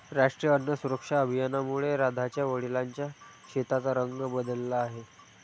राष्ट्रीय अन्न सुरक्षा अभियानामुळे राधाच्या वडिलांच्या शेताचा रंग बदलला आहे